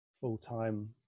full-time